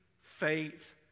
faith